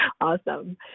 Awesome